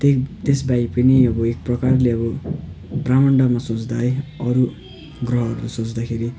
त्यही त्यसबाहेक पनि अब एक प्रकारले अब ब्रह्माण्डमा सोच्दा है अरू ग्रहहरू सोच्दाखेरि